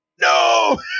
no